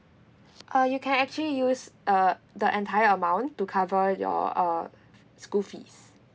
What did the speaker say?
uh you can actually use uh the entire amount to cover your uh school fees